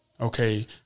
okay